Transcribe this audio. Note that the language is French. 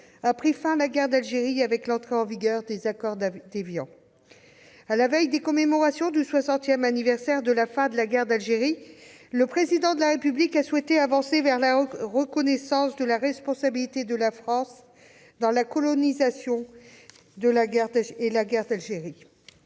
à midi, la guerre d'Algérie a pris fin avec l'entrée en vigueur des accords d'Évian. À la veille des célébrations du soixantième anniversaire de la fin de la guerre d'Algérie, le Président de la République a souhaité avancer vers la reconnaissance de la responsabilité de la France dans la colonisation de l'Algérie